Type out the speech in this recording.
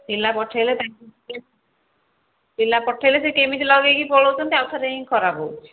ପିଲା ପଠାଇଲେ ତାଙ୍କୁ ପିଲା ପଠାଇଲେ ସେ କେମିତି ଲଗାଇକି ପଳାଉଛନ୍ତି ଆଉ ଥରେ ହିଁ ଖରାପ ହେଉଛି